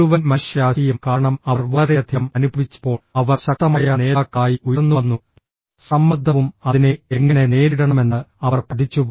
മുഴുവൻ മനുഷ്യരാശിയും കാരണം അവർ വളരെയധികം അനുഭവിച്ചപ്പോൾ അവർ ശക്തമായ നേതാക്കളായി ഉയർന്നുവന്നു സമ്മർദ്ദവും അതിനെ എങ്ങനെ നേരിടണമെന്ന് അവർ പഠിച്ചു